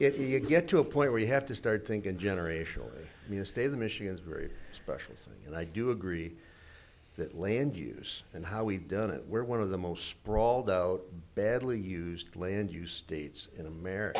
is you get to a point where you have to start thinking generationally mistake the michigan is a very special thing and i do agree that land use and how we've done it where one of the most sprawled out badly used land you states in a